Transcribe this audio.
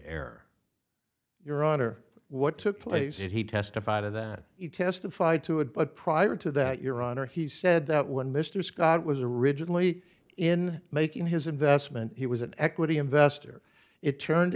error your honor what took place he testified of that he testified to it but prior to that your honor he said that when mr scott was originally in making his investment he was an equity investor it turned